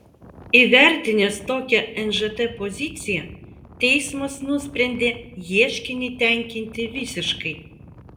įvertinęs tokią nžt poziciją teismas nusprendė ieškinį tenkinti visiškai